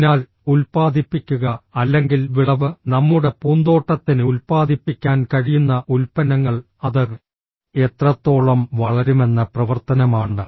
അതിനാൽ ഉൽപ്പാദിപ്പിക്കുക അല്ലെങ്കിൽ വിളവ് നമ്മുടെ പൂന്തോട്ടത്തിന് ഉൽപ്പാദിപ്പിക്കാൻ കഴിയുന്ന ഉൽപ്പന്നങ്ങൾ അത് എത്രത്തോളം വളരുമെന്ന പ്രവർത്തനമാണ്